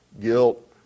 guilt